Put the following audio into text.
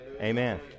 Amen